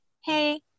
hey